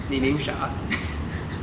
你 name 啥